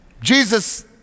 Jesus